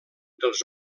dels